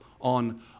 on